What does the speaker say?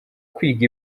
kwiga